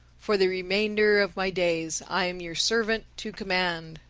for the remainder of my days i am your servant to command.